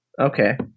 okay